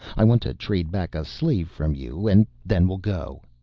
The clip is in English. i want to trade back a slave from you and then we'll go.